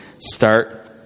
start